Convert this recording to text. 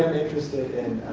interested in